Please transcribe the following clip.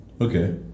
Okay